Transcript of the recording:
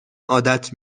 عادت